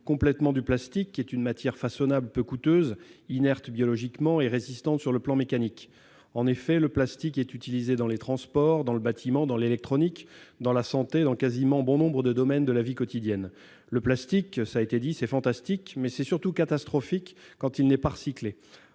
complètement du plastique est une matière face à peu coûteuses inerte biologiquement et résistante sur le plan mécanique, en effet, le plastique est utilisé dans les transports, dans le bâtiment, dans l'électronique dans la santé, dans quasiment bon nombre de domaines de la vie quotidienne : le plastique, ça a été dit, c'est fantastique, mais c'est surtout catastrophique quand il n'est pas recyclé